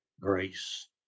grace